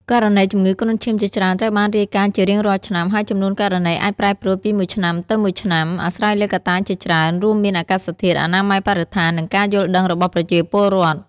ករណីជំងឺគ្រុនឈាមជាច្រើនត្រូវបានរាយការណ៍ជារៀងរាល់ឆ្នាំ ហើយចំនួនករណីអាចប្រែប្រួលពីឆ្នាំមួយទៅឆ្នាំមួយ អាស្រ័យលើកត្តាជាច្រើន រួមមានអាកាសធាតុ អនាម័យបរិស្ថាន និងការយល់ដឹងរបស់ប្រជាពលរដ្ឋ។